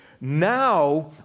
now